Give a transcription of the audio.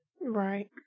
Right